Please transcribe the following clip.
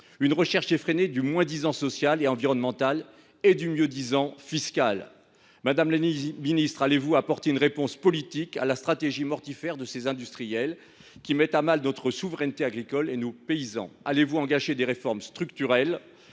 une recherche effrénée du moins disant social et environnemental, et du mieux disant fiscal ! Madame la ministre, apporterez vous une réponse politique à la stratégie mortifère de ces industriels, qui met à mal notre souveraineté agricole et nos paysans ? Engagerez vous des réformes structurelles